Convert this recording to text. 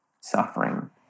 suffering